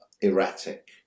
erratic